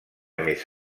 més